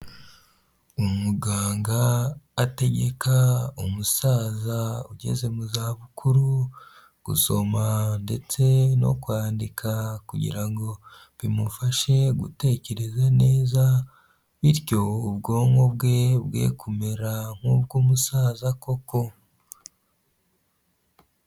Umuganga ategeka umusaza ugeze mu za bukuru gusoma ndetse no kwandika kugira ngo bimufashe gutekereza neza, bityo ubwonko bwe kumera nk'ubw'umusaza koko.